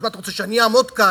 אז מה אתה רוצה שאני אעמוד כאן,